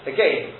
Again